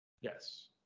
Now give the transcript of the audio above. Yes